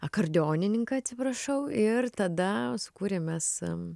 akordeonininką atsiprašau ir tada sukūrėm mes